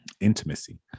intimacy